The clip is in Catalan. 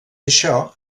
això